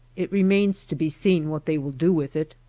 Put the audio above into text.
it remains to be seen what they will do with it.